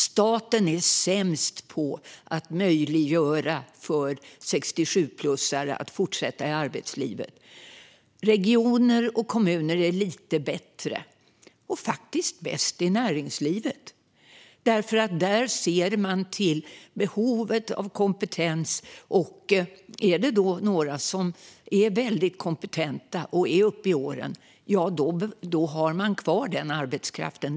Staten är sämst på att göra det möjligt för 67-plussare att fortsätta i arbetslivet. Regioner och kommuner är lite bättre. Bäst är faktiskt näringslivet. Där ser man till behovet av kompetens. Om några är mycket kompetenta, och är uppe i åren, håller man kvar den arbetskraften.